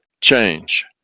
change